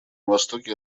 востоке